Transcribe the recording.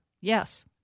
Yes